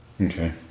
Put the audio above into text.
Okay